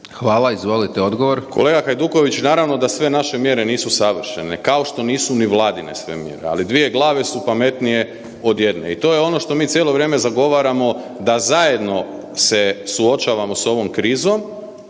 Saša (SDP)** Kolega Hajduković, naravno da sve naše mjere nisu savršene, kao što nisu ni Vladine sve mjere. Ali, dvije glave su pametnije od jedne i to je ono što mi cijelo vrijeme zagovaramo da zajedno se suočavamo sa ovom krizom,